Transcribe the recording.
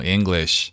English